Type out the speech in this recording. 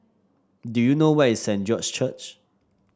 do you know where is Saint George's Church